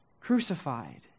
crucified